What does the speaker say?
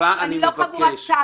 אני לא חבורת קש.